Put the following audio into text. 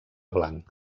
blanc